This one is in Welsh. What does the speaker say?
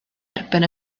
erbyn